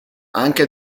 anche